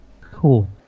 cool